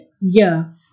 year